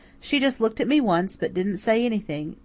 she just looked at me once, but didn't say anything,